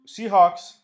Seahawks